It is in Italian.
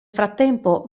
frattempo